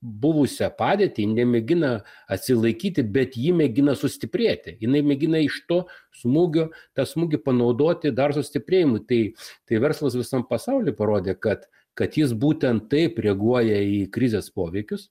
buvusią padėtį nemėgina atsilaikyti bet ji mėgina sustiprėti jinai mėgina iš to smūgio tą smūgį panaudoti dar sustiprėjimui tai tai verslas visam pasauliui parodė kad kad jis būtent taip reaguoja į krizės poveikius